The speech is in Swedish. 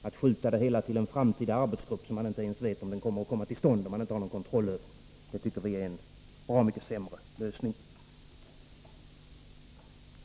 Att skjuta upp problemen till en framtida arbetsgrupp, som man inte ens vet om den kommer till stånd eller om man har någon kontroll över, tycker vi är en bra mycket sämre lösning.